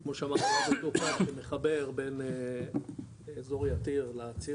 כמו שאמרתי זה מחבר בין אזור יתיר לציר